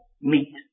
meet